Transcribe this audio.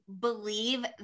believe